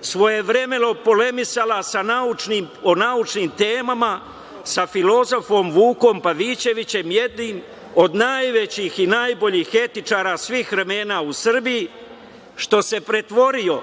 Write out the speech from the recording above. svojevremeno polemisala o naučnim temama sa filozofom Vukom Pavićevićem, jednim od najvećih i najboljih etičara svih vremena u Srbiji, što se pretvorio